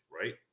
right